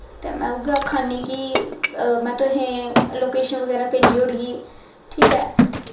में उऐ आक्खा नी कि में तुसें गी लोकेशन बगैरा भेजी ओड़गी ठीक ऐ